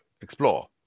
explore